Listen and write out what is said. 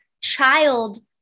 child